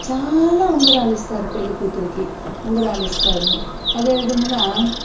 చాలా ఉంగరాలు ఇస్తారు పెళ్ళికూతురికి ఉంగరాలు ఇస్తారు అదేవిధంగా